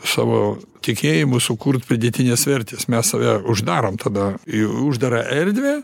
savo tikėjimu sukurt pridėtinės vertės mes save uždarom tada į uždarą erdvę